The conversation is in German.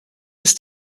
ist